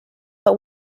but